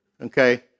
okay